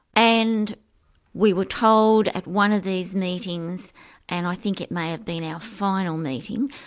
and we were told at one of these meetings and i think it may have been our final meeting,